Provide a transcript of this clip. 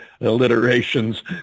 alliterations